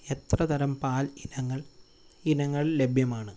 എത്ര തരം പാൽ ഇനങ്ങൾ ഇനങ്ങൾ ലഭ്യമാണ്